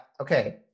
Okay